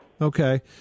Okay